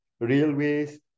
railways